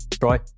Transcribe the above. Troy